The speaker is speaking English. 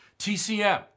TCM